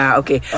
okay